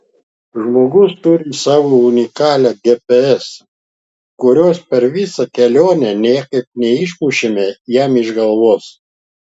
žmogus turi savo unikalią gps kurios per visą kelionę niekaip neišmušėme jam iš galvos